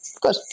good